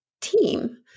team